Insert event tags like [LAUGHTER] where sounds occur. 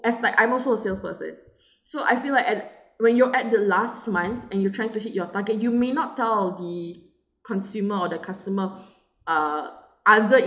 it's like I'm also salesperson [BREATH] so I feel like at when you're at the last month and you're trying to hit your target you may not tell the consumer or the customer [BREATH] uh other